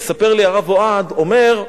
מספר לי הרב אוהד, אומר: